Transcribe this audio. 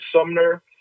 sumner